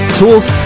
tools